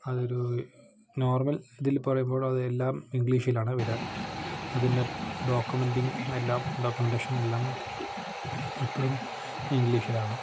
അതൊരു നോർമൽ ഇതിൽ പറയുമ്പോൾ അത് എല്ലാം ഇംഗ്ലീഷിൽ ആണ് വരുക അതിൻ്റെ ഡോക്യുമെൻ്റിങ്ങ് എല്ലാം ഡോക്യുമെൻ്റേഷൻ എല്ലാം എപ്പോഴും ഇംഗ്ലീഷിലാണ്